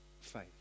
faith